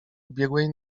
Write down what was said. ubiegłej